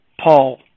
Paul